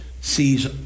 sees